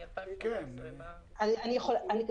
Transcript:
אם אני מבין נכון,